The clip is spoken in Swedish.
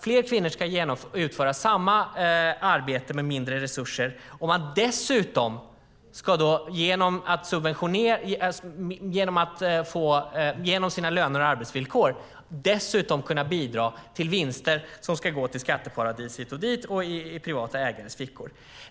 Fler kvinnor ska alltså utföra samma arbete med mindre resurser och ska dessutom genom sina löner och arbetsvillkor kunna bidra till vinster som ska gå till skatteparadis hit och dit och privata ägares fickor.